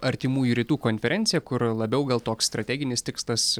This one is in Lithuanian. artimųjų rytų konferencija kur labiau gal toks strateginis tikstas